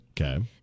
okay